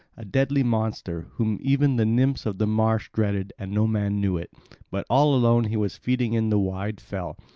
a deadly monster, whom even the nymphs of the marsh dreaded, and no man knew it but all alone he was feeding in the wide fell.